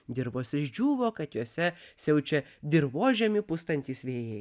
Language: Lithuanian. dirvos išdžiūvo kad jose siaučia dirvožemį pustantys vėjai